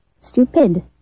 Stupid